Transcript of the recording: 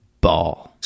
Ball